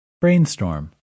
brainstorm